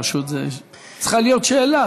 פשוט זאת צריכה להיות שאלה,